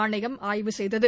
ஆணையம் ஆய்வு செய்தது